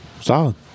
Solid